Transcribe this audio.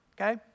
okay